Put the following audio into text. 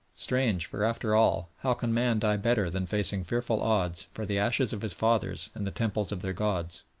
strange, for, after all, how can man die better than facing fearful odds, for the ashes of his fathers, and the temples of their gods?